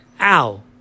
Ow